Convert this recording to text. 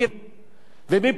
זה האנשים המבוגרים,